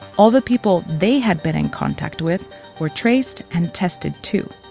all the people they had been in contact with were traced and tested too.